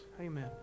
Amen